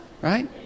Right